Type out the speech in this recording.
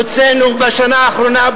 הוצאנו בשנה האחרונה,